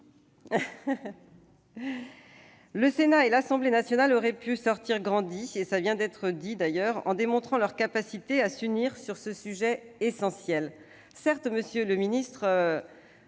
Le Sénat et l'Assemblée nationale auraient pu sortir grandis, cela vient d'être dit, en démontrant leur capacité à s'unir sur ce sujet essentiel. Certes, monsieur le secrétaire